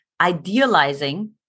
idealizing